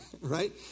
right